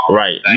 right